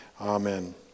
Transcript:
Amen